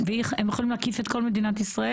והם יכולים להקיף את כל מדינת ישראל?